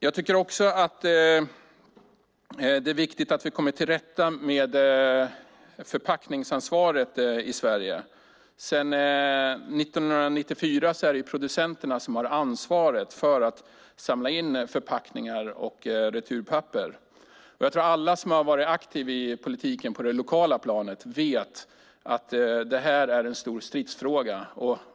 Det är också viktigt att vi kommer till rätta med förpackningsansvaret i Sverige. Sedan 1994 är det producenterna som har ansvaret för att samla in förpackningar och returpapper. Jag tror att alla som har varit aktiva i politiken på det lokala planet vet att detta är en stor stridsfråga.